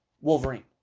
Wolverine